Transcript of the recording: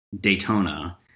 Daytona